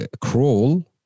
crawl